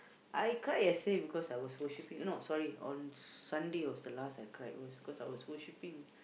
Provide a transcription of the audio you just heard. I cried yesterday because I was worshipping not sorry on Sunday was the last I cried it was because I was worshipping